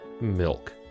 milk